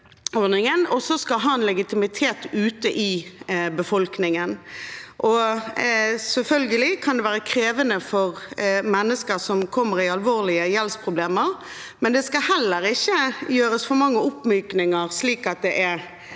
også ha legitimitet ute i befolkningen. Selvfølgelig kan det være krevende for mennesker som kommer i alvorlige gjeldsproblemer, men det skal heller ikke gjøres så mange oppmykninger at det